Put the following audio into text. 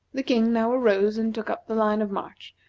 the king now arose and took up the line of march,